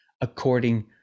according